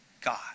God